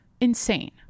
insane